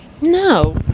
No